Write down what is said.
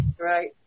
right